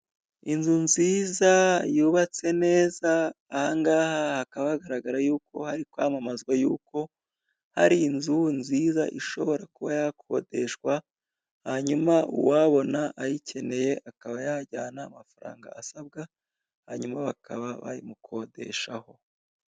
Inzu nziza yubatse neza aha ngaha hakaba hagaragara yuko hari kwamamazwa yuko hari inzu nziza ishobora kuba yakodeshwa hanyuma uwabona ayikeneye akaba yajyana amafaranga asabwa hanyuma bakaba bayimukodeshaho.